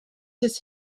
his